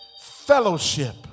fellowship